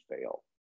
fail